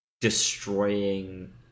destroying